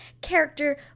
character